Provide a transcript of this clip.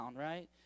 right